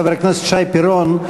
חבר הכנסת שי פירון,